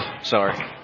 sorry